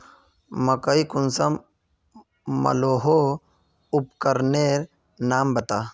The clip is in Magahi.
मकई कुंसम मलोहो उपकरनेर नाम बता?